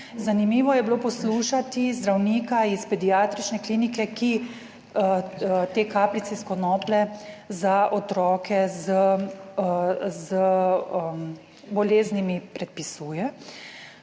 zanimivo je bilo poslušati zdravnika iz pediatrične klinike, ki te kapljice iz konoplje za otroke z boleznimi predpisuje,